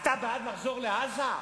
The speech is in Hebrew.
אתה בעד לחזור לעזה?